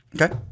Okay